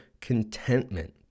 contentment